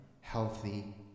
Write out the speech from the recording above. healthy